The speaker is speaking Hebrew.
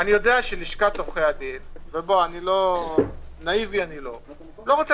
לשכת עורכי הדין ואני לא נאיבי - לא רוצה